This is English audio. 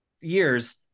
years